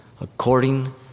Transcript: according